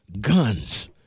guns